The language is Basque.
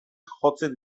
jotzen